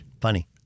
funny